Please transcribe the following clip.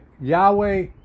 Yahweh